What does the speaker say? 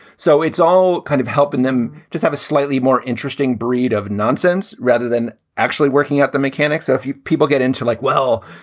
so it's all kind of helping them just have a slightly more interesting breed of nonsense rather than actually working out the mechanics. so if people get into like, well,